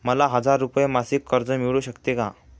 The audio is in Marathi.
मला हजार रुपये मासिक कर्ज मिळू शकते का?